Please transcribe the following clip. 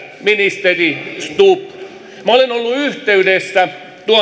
ministeri stubb minä olen ollut yhteydessä